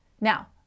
Now